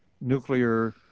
nuclear